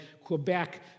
Quebec